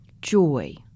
Joy